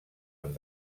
amb